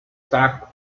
sacos